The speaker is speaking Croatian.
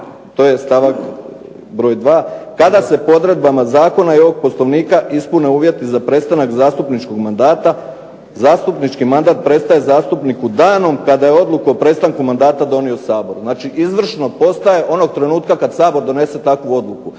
to je stavak broj dva kada se po odredbama zakona i ovog Poslovnika ispune uvjeti za prestanak zastupničkog mandata. Zastupnički mandat prestaje zastupniku danom kada je odluku o prestanku mandata donio Sabor. Znači, izvršno postaje onog trenutka kad Sabor donese takvu odluku.